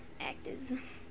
active